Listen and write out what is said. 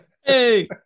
Hey